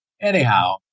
anyhow